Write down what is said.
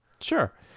sure